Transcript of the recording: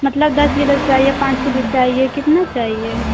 मतलब दस किलो चाहिए पाँच किलो चाहिए कितना चाहिए